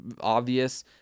obvious